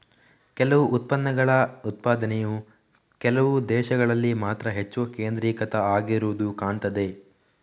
ಕೆಲವು ಉತ್ಪನ್ನಗಳ ಉತ್ಪಾದನೆಯು ಕೆಲವು ದೇಶಗಳಲ್ಲಿ ಮಾತ್ರ ಹೆಚ್ಚು ಕೇಂದ್ರೀಕೃತ ಆಗಿರುದು ಕಾಣ್ತದೆ